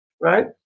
right